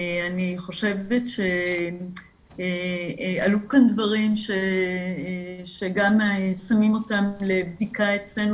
אני חושבת שעלו כאן דברים שגם נשים אותם לבדיקה אצלנו